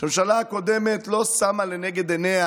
הממשלה הקודמת לא שמה לנגד עיניה